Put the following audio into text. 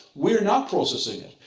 we're not processing it.